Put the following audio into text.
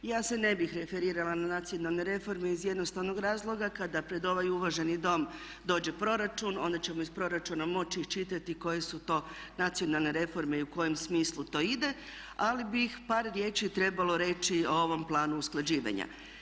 Ja se ne bih referirala na nacionalne reforme iz jednostavnog razloga kada pred ovaj uvaženi Dom dođe proračun onda ćemo iz proračuna moći iščitati koje su to nacionalne reforme i u kojem smislu to ide ali bi par riječi trebalo reći o ovom planu usklađivanja.